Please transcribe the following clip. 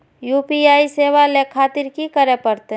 UPI सेवा ले खातिर की करे परते?